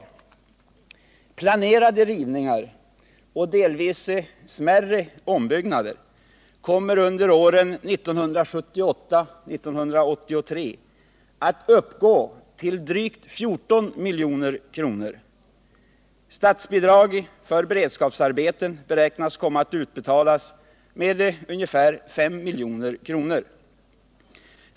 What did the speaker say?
Kostnaderna för planerade rivningar och — delvis smärre — ombyggnader kommer under åren 1978-1983 att uppgå till drygt 14 milj.kr. Statsbidrag för beredskapsarbeten beräknas komma att utbetalas med ungefär 5 milj.kr.